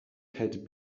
had